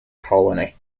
colony